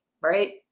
right